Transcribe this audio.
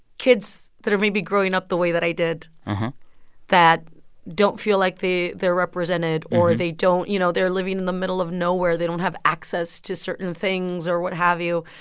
kids that are maybe growing up the way that i did that don't feel like they're represented. or they don't you know, they're living in the middle of nowhere. they don't have access to certain things or what have you.